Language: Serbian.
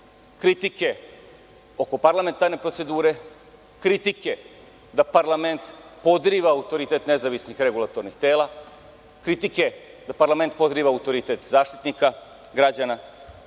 kritike oko parlamentarne procedure, kritike da parlament podriva autoritet nezavisnih regulatornih tela, kritike da parlament podriva autoritet Zaštitnika građana,